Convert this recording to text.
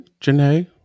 Janae